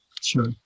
Sure